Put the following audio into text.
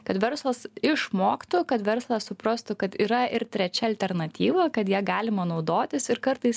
kad verslas išmoktų kad verslas suprastų kad yra ir trečia alternatyva kad ja galima naudotis ir kartais